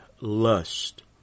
lust